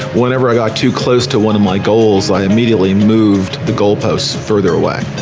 whenever i got too close to one of my goals, i immediately moved the goal posts further away.